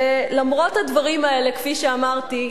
למרות הדברים האלה, כפי שאמרתי,